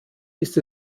ist